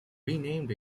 renamed